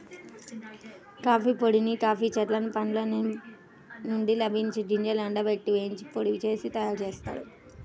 coffee పొడిని coffee చెట్ల పండ్ల నుండి లభించే గింజలను ఎండబెట్టి, వేయించి పొడి చేసి తయ్యారుజేత్తారు